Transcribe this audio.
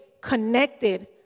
connected